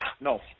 No